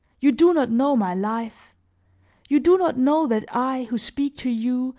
you do not know my life you do not know that i, who speak to you,